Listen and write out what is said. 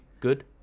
good